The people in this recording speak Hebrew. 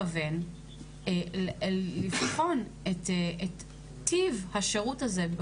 הקפאת הביציות בסבסוד איך שאתם תגדירו במשרד,